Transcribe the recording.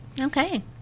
Okay